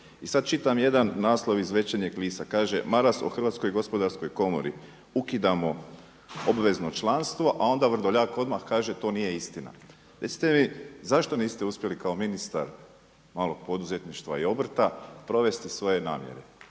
I sada čitam jedan naslov iz Večernjeg lista, kaže Maras o HGK ukidamo obvezno članstvo a onda Vrdoljak odmah kaže to nije istina. Recite mi zašto niste uspjeli kao ministar malog poduzetništva i obrta provesti svoje namjere?